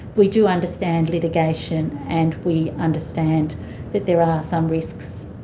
we do understand litigation and we understand that there are some risks.